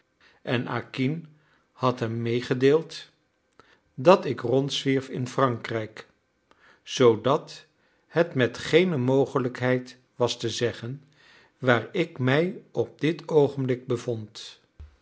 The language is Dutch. en acquin had hem meegedeeld dat ik rondzwierf in frankrijk zoodat het met geene mogelijkheid was te zeggen waar ik mij op dit oogenblik bevond